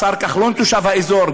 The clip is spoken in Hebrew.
השר כחלון תושב האזור,